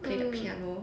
play the piano